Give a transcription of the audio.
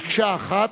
מקשה אחת,